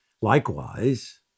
Likewise